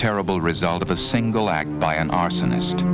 terrible result of a single act by an arsonist